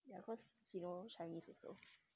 ya cause she know chinese also